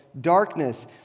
darkness